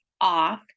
off